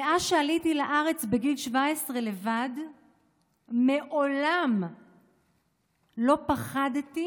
מאז שעליתי לארץ לבד בגיל 17 מעולם לא פחדתי